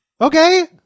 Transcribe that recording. Okay